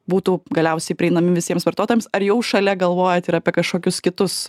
būtų galiausiai prieinami visiems vartotojams ar jau šalia galvojat ir apie kažkokius kitus